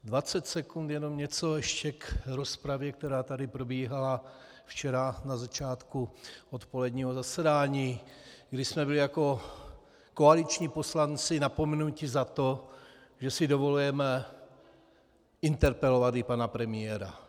Dvacet sekund, jenom něco ještě k rozpravě, která tady probíhala včera na začátku odpoledního zasedání, kdy jsme byli jako koaliční poslanci napomenuti za to, že si dovolujeme interpelovat i pana premiéra.